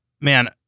man